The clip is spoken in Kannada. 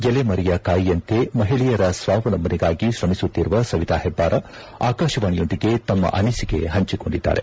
ಎಲೆ ಮರೆಯ ಕಾಯಿಯಂತೆ ಮಹಿಳೆಯರ ಸ್ವಾವಲಂಭನೆಗಾಗಿ ಶ್ರಮಿಸುತ್ತಿರುವ ಸವಿತಾ ಹೆಬ್ಬಾರ ಆಕಾಶವಾಣೆಯೊಂದಿಗೆ ತಮ್ಮ ಅನಿಸಿಕೆ ಪಂಚಿಕೊಂಡಿದ್ದಾರೆ